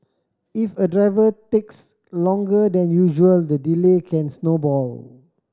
if a driver takes longer than usual the delay can snowball